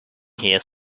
here